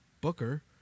Booker